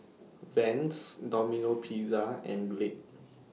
Vans Domino Pizza and Glade